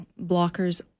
blockers